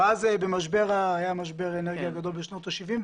ואז היה משבר אנרגיה גדול בשנות ה-70,